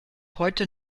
heute